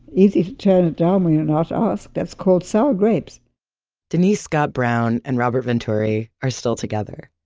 easy to turn it down when your not asked. that's called sour grapes denise scott brown and robert venturi are still together.